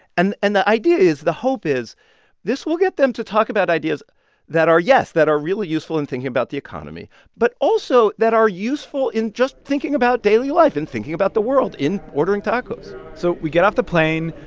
and and the idea is the hope is this will get them to talk about ideas that are, yes, that are really useful in and thinking about the economy, but also that are useful in just thinking about daily life and thinking about the world and ordering tacos so we get off the plane.